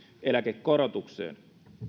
eläkekorotukseen